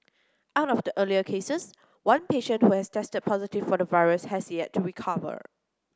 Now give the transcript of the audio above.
out of the earlier cases one patient who had tested positive for the virus has yet to recover